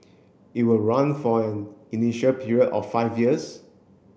it will run for an initial period of five years